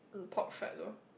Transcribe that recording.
pork fat loh